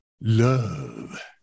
love